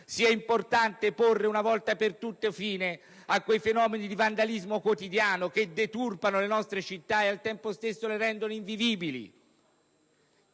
sia importante porre fine, una volta per tutte, a quei fenomeni di vandalismo quotidiano che deturpano le nostre città e al tempo stesso le rendono invivibili,